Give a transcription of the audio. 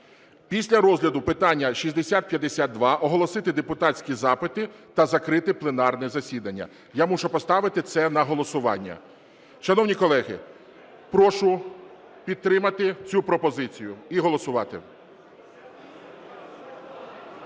Після розгляду питання 6052 оголосити депутатські запити та закрити пленарне засідання. Я мушу поставити це на голосування. Шановні колеги, прошу підтримати цю пропозицію і голосувати.